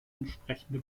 entsprechende